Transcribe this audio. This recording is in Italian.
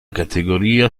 categoria